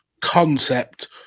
concept